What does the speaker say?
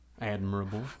Admirable